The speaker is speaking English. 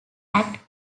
act